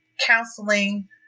counseling